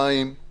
מים,